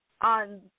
on